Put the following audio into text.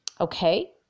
Okay